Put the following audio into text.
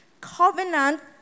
covenant